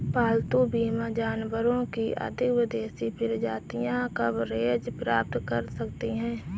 पालतू बीमा जानवरों की अधिक विदेशी प्रजातियां कवरेज प्राप्त कर सकती हैं